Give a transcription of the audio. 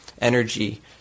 energy